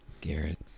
Garrett